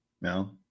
No